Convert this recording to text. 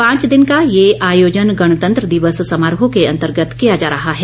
पांच दिन का यह आयोजन गणतंत्र दिवस समारोह के अंतर्गत किया जा रहा है